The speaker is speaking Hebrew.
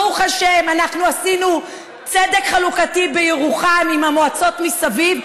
ברוך השם אנחנו עשינו צדק חלוקתי בירוחם עם המועצות מסביב,